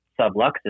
subluxes